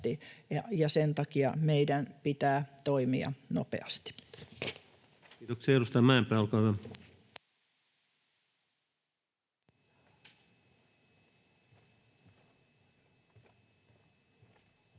sen takia meidän pitää toimia nopeasti. Kiitoksia. — Edustaja Mäenpää, olkaa hyvä. Arvoisa